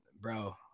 bro